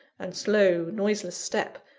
and slow, noiseless step,